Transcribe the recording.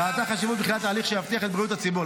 אך ראתה חשיבות בתחילת תהליך שיבטיח את בריאות הציבור.